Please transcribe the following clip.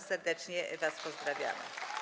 Serdecznie was pozdrawiamy.